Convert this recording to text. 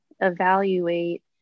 evaluate